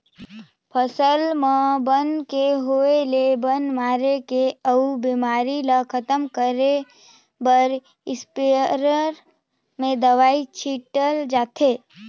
फसल म बन के होय ले बन मारे के अउ बेमारी ल खतम करे बर इस्पेयर में दवई छिटल जाथे